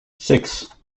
six